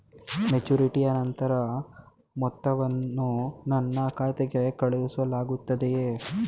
ಮೆಚುರಿಟಿಯ ನಂತರ ಮೊತ್ತವನ್ನು ನನ್ನ ಖಾತೆಗೆ ಕಳುಹಿಸಲಾಗುತ್ತದೆಯೇ?